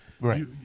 Right